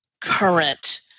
current